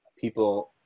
people